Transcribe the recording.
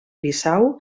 bissau